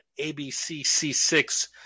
ABCC6